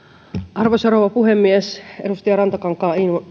arvoisa rouva puhemies edustaja rantakankaan